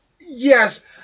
Yes